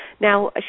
Now